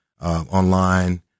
online